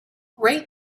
rate